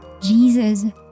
Jesus